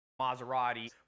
Maserati